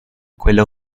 quella